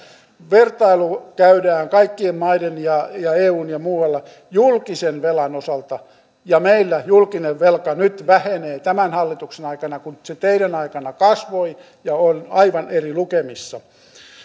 vertailu käydään kaikkien maiden välillä ja eussa ja muualla julkisen velan osalta ja meillä julkinen velka nyt vähenee tämän hallituksen aikana kun se teidän aikananne kasvoi ja on aivan eri lukemissa